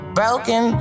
broken